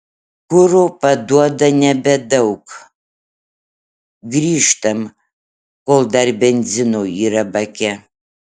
kuro paduoda nebedaug grįžtam kol dar benzino yra bake